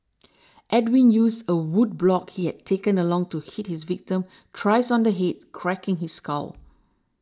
Edwin used a wood block he had taken along to hit his victim thrice on the head cracking his skull